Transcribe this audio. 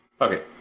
Okay